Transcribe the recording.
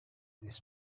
this